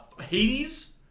Hades